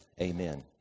Amen